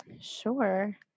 Sure